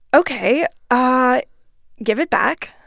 ok. ah give it back.